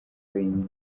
wenyine